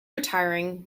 retiring